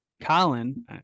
Colin